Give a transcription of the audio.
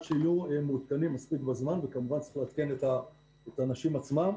שיהיו מעודכנים בזמן וכמובן צריך לעדכן את הנשים עצמן.